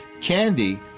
Candy